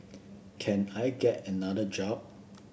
can I get another job